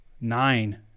nine